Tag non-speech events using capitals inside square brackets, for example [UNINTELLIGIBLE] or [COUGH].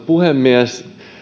[UNINTELLIGIBLE] puhemies